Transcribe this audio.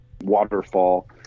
waterfall